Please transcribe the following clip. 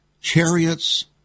Chariots